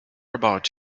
about